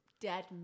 dead